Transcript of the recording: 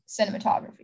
cinematography